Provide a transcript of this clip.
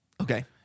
Okay